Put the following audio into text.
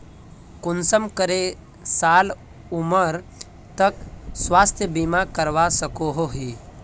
कुंसम करे साल उमर तक स्वास्थ्य बीमा करवा सकोहो ही?